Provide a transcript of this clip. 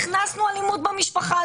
הכנסנו אלימות במשפחה.